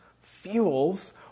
fuels